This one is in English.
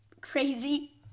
crazy